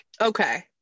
okay